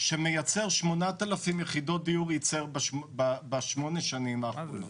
שמייצר 8,000 יחידות דיור בשמונה השנים האחרונות.